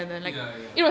ya ya